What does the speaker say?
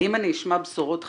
האם אני אשמע בשורות חדשות?